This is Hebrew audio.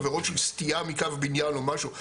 עבירות של סטייה מקו בניין או משהו,